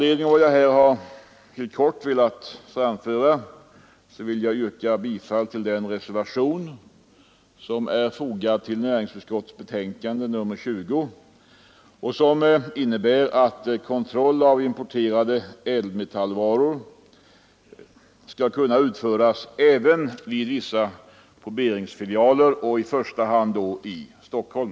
Med stöd av vad jag här helt kort anfört vill jag yrka bifall till den reservation som är fogad till näringsutskottets betänkande nr 20 och som innebär att kontroll av importerade ädelmetallvaror skall kunna utföras även vid vissa proberingsfilialer, i första hand i Stockholm.